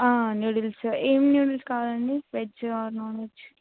noodles ఏం noodles కావాలండి veg or non veg